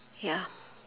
ya